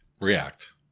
react